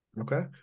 Okay